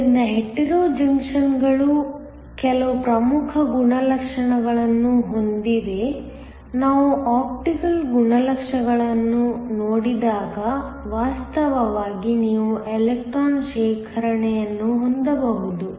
ಆದ್ದರಿಂದ hetero junction ಗಳು ಕೆಲವು ಪ್ರಮುಖ ಗುಣಲಕ್ಷಣಗಳನ್ನು ಹೊಂದಿವೆ ನಾವು ಆಪ್ಟಿಕಲ್ ಗುಣಲಕ್ಷಣಗಳನ್ನು ನೋಡಿದಾಗ ವಾಸ್ತವವಾಗಿ ನೀವು ಎಲೆಕ್ಟ್ರಾನ್ ಶೇಖರಣೆಯನ್ನು ಹೊಂದಬಹುದು